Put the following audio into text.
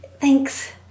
thanks